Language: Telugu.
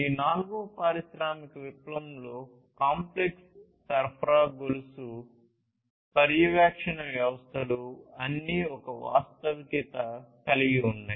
ఈ నాల్గవ పారిశ్రామిక విప్లవంలో కాంప్లెక్స్ సరఫరా గొలుసు పర్యవేక్షణ వ్యవస్థలు అన్నీ ఒక వాస్తవికత కలిగి ఉంది